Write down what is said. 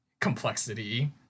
complexity